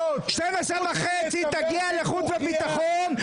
12:30 תגיע לחוץ וביטחון,